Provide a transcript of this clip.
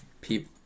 peep